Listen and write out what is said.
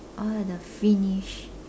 oh the finish